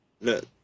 look